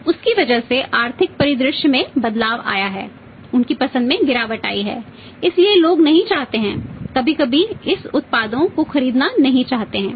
उसकी वजह से आर्थिक परिदृश्य में बदलाव आया है उनकी पसंद में गिरावट आई है इसलिए लोग नहीं चाहते हैं कभी कभी इस उत्पादों को खरीदना नहीं चाहते हैं